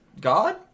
God